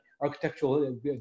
architectural